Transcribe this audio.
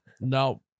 No